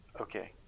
Okay